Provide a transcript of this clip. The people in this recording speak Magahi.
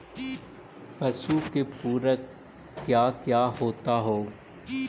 पशु के पुरक क्या क्या होता हो?